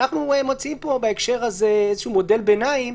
אנחנו מציעים בהקשר הזה איזשהו מודל ביניים,